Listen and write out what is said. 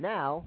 Now